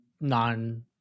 non